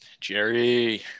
Jerry